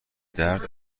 درد